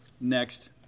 next